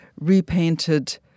repainted